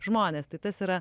žmones tai tas yra